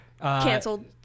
Canceled